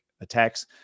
attacks